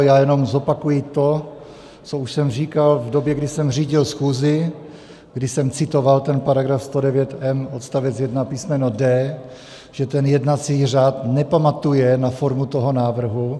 Já jenom zopakuji to, co už jsem říkal v době, kdy jsem řídil schůzi, kdy jsem citoval ten § 109m odst. 1 písmeno d), že jednací řád nepamatuje na formu toho návrhu.